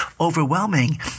overwhelming